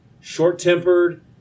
short-tempered